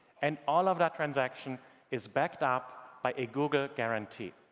and all of that transaction is backed up by a google guarantee.